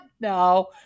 No